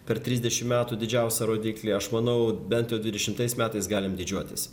per trisdešimt metų didžiausią rodiklį aš manau bent dvidešimtais metais galim didžiuotis